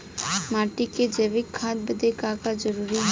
माटी में जैविक खाद बदे का का जरूरी ह?